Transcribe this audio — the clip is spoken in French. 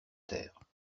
taire